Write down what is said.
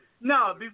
No